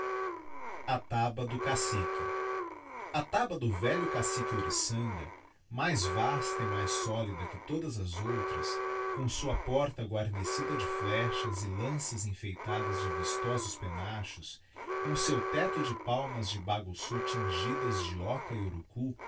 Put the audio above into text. a taba do cacique a taba do velho cacique oríçanga mais vasta e mais solida que todas as outras cora sua porta guarnecida de flechas e lanças enfeitadas de vistosos pennachos cora seu tecto de palraas de bagussú tingidas de oca e urucú